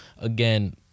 Again